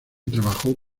trabajos